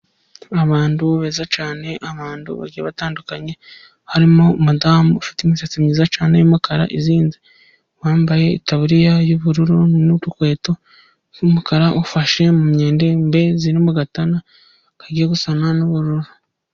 Abantu beza cyane abantu bagiye batandukanye harimo umudamu ufite imisatsi myiza cyane y'umukara izinze wambaye itaburiya y'ubururu n'udukweto tw'umukara ufashe mu myembe ziri mu gatana kagiye gusa n'ubururu.